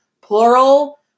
plural